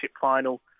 final